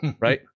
Right